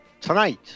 Tonight